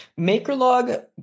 MakerLog